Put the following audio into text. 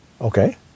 Okay